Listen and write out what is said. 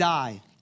die